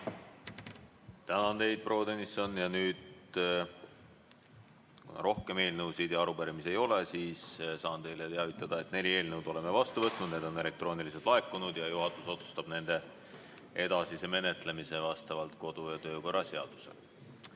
Tänan teid, proua Tõnisson! Kuna rohkem eelnõusid ja arupärimisi ei ole, siis saan teile teatada, et neli eelnõu oleme vastu võtnud, need on elektrooniliselt laekunud ja juhatus otsustab nende edasise menetlemise vastavalt kodu‑ ja töökorra seadusele. Nii,